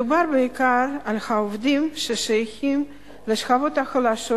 מדובר בעיקר בעובדים ששייכים לשכבות החלשות,